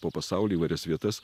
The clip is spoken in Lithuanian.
po pasaulį įvairias vietas